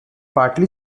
partly